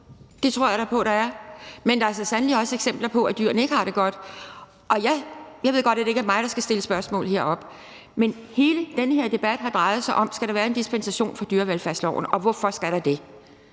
Det tror jeg da på der er. Men der er så sandelig også eksempler på, at dyrene ikke har det godt. Jeg ved godt, at det ikke er mig, der skal stille spørgsmål heroppe, men hele den her debat har drejet sig om, om der skal være en dispensation for dyrevelfærdsloven, og hvorfor der skal det. Det